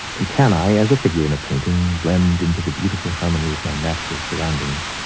and can i, as a figure in a painting, blend into the beautiful harmony of my natural surroundings.